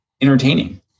entertaining